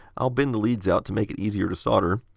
i'll bend the leads out to make it easier to solder.